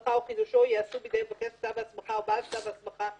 הסמכה או חידושו ייעשו בידי מבקש כתב ההסמכה או בעל כתב הסמכה,